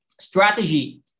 strategy